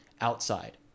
outside